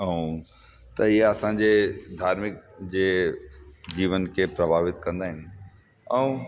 ऐं त इहा असांजे धार्मिक जे जीवन खे प्रभावित कंदा आहिनि ऐं